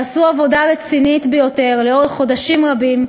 ועשו עבודה רצינית ביותר לאורך חודשים רבים